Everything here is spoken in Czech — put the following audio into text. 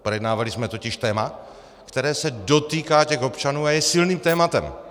Projednávali jsme totiž téma, které se dotýká těch občanů a je silným tématem.